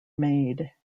made